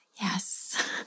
Yes